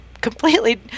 completely